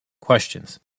questions